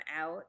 out